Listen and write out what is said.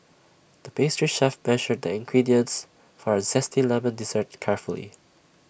the pastry chef measured the ingredients for A Zesty Lemon Dessert carefully